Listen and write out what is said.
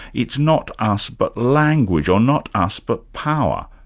it's not us but language, or not us but power.